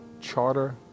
charter